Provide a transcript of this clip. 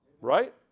Right